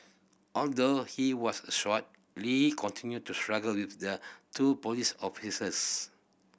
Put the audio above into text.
although he was shot Lee continued to struggle with the two police officers